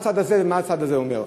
מה הצד הזה ומה הצד הזה אומר.